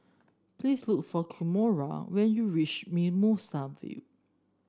please look for Kimora when you reach Mimosa Vale